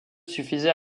suffisait